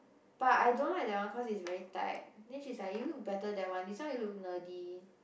but I don't like that one cause it's very tight then she's like you look better that one this one you look nerdy